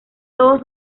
todos